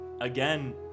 again